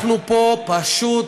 אנחנו פה פשוט